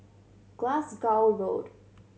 Glasgow Road